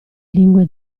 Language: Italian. lingue